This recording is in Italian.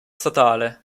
statale